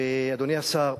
אדוני השר,